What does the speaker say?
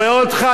אחמד טיבי.